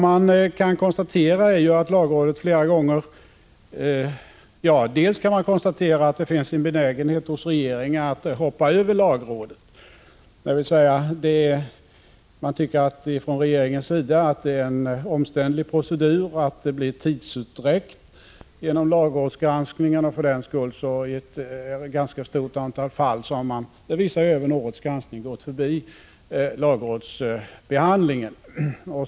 Man kan emellertid konstatera att det finns en benägenhet hos regeringen att låt mig säga hoppa över lagrådet. Regeringen tycker att lagrådsgransk 11 ningen är en omständlig procedur och att den leder till tidsutdräkt. För den skull har man i ett ganska stort antal fall — det visar även årets granskning — gått förbi lagrådet.